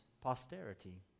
posterity